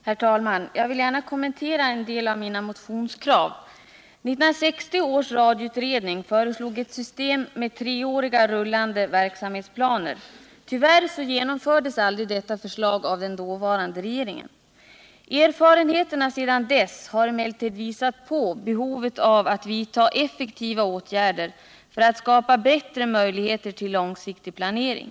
Herr talman! Jag vill gärna kommentera en del av mina motionskrav. 1960 års radioutredning föreslog ett system med treåriga, rullande verksamhetsplaner. Tyvärr genomfördes aldrig detta förslag av den dåvarande regeringen. Erfarenheten har sedan dess visat på behovet av att vidta effektiva åtgärder för att skapa bättre möjligheter till långsiktig planering.